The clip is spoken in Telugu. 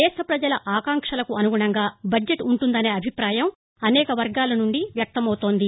దేశ ప్రజల ఆకాంక్షలకు అసుగుణంగా బడ్జెట్ ఉంటుందనే అభిప్రాయం అనేక వర్గాల నుండి వ్యక్తమౌతోంది